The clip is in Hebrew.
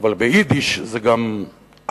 אבל ביידיש זה גם "על-תנאי".